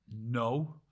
No